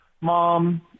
mom